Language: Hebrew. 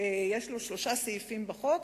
שיש לו שלושה סעיפים בחוק: